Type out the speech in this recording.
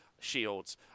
shields